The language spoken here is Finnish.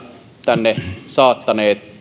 tänne saattaneet